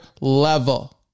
level